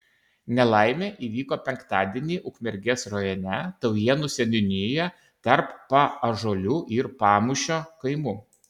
nelaimė įvyko penktadienį ukmergės rajone taujėnų seniūnijoje tarp paąžuolių ir pamūšio kaimų